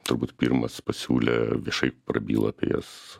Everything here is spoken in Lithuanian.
turbūt pirmas pasiūlė viešai prabyla apie jas